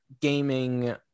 gaming